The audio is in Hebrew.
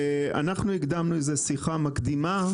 ואנחנו הקדמנו איזה שיחה מקדימה,